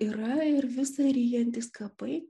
yra ir visa ryjantys kapai